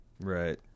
Right